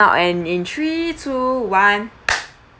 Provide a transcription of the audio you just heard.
out and in three two one